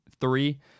three